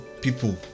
people